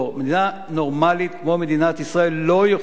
מדינה נורמלית כמו מדינת ישראל לא יכולה